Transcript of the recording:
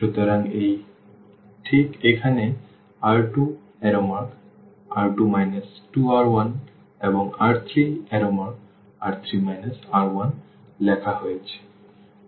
সুতরাং এটা ঠিক এখানে R2R2 2R1এবং R3R3 R1 লেখা হয়েছে